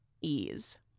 ease